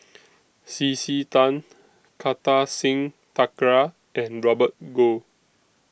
C C Tan Kartar Singh Thakral and Robert Goh